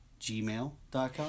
gmail.com